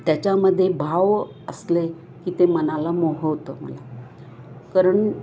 त्याच्यामध्ये भाव असले की ते मनाला मोहवत मला करण